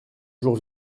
jour